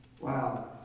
Wow